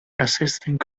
assistant